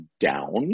down